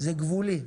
זה גבולי.